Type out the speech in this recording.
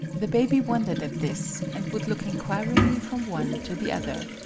the baby wondered at this, and would look in quiringly from one to the other.